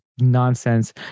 nonsense